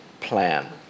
plan